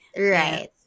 Right